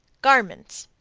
garments.